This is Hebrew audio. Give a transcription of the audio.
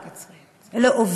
אלא,